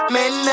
Man